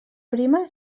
prima